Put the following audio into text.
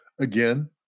Again